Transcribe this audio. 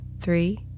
three